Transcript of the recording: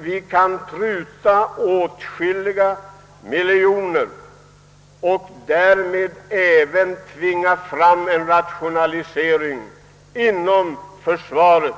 Vi kan dock pruta åtskilliga miljoner och därmed även tvinga fram en rationalisering inom vårt försvar.